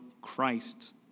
Christ